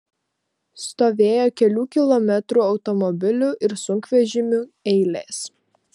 stovėjo kelių kilometrų automobilių ir sunkvežimių eilės